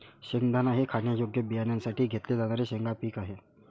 शेंगदाणा हे खाण्यायोग्य बियाण्यांसाठी घेतले जाणारे शेंगा पीक आहे